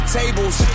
tables